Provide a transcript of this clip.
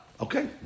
Okay